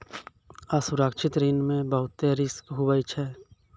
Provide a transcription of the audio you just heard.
असुरक्षित ऋण मे बहुते रिस्क हुवै छै